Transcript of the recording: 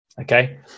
okay